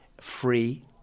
free